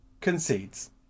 concedes